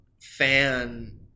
fan